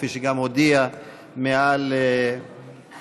כפי שגם הודיע מעל הדוכן.